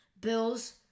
Bills